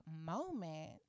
moment